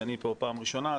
שאני כאן פעם ראשונה,